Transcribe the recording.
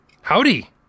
howdy